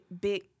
big